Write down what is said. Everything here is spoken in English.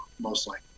mostly